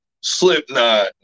Slipknot